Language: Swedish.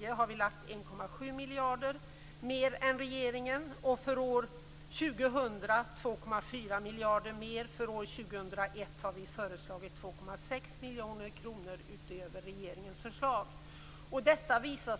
Vi har anvisat 1,7 miljarder mer än regeringen. För 2000 har vi anvisat 2,4 miljarder mer och för 2001 har vi föreslagit 2,6 miljarder utöver regeringens förslag. Detta visar